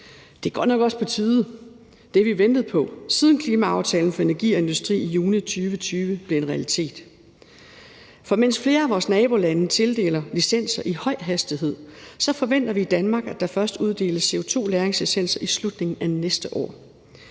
Det er godt nok også på tide; det har vi ventet på, siden Klimaaftalen for energi og industri m.v. af 22. juni 2020 blev en realitet. For mens flere af vores nabolande tildeler licenser i høj hastighed, forventer vi i Danmark, at der først uddeles CO2-lagringslicenser i slutningen af næste år.